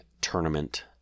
tournament